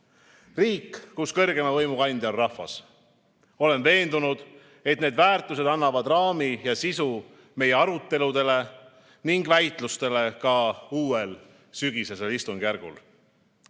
Riik, kus kõrgeima võimu kandja on rahvas. Olen veendunud, et need väärtused annavad raami ja sisu meie aruteludele ning väitlustele ka uuel, sügisesel istungjärgul. Austatud